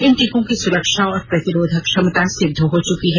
इन टीकों की सुरक्षा और प्रतिरोधक क्षमता सिद्व हो चुकी है